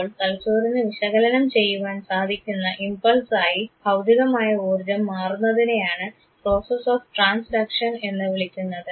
അപ്പോൾ തലച്ചോറിന് വിശകലനം ചെയ്യുവാൻ സാധിക്കുന്ന ഇംപൾസായി ഭൌതികമായ ഊർജ്ജം മാറുന്നതിനെയാണ് പ്രോസസ് ഓഫ് ട്രാൻസ്ഡക്ഷൻ എന്ന് വിളിക്കുന്നത്